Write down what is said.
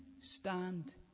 stand